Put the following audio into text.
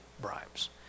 bribes